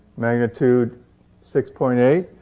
magnitude six point eight,